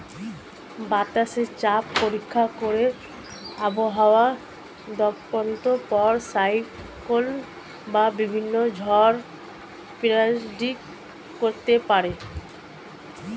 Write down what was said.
বাতাসে চাপ পরীক্ষা করে আবহাওয়া দপ্তর সাইক্লোন বা বিভিন্ন ঝড় প্রেডিক্ট করতে পারে